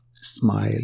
smile